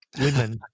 Women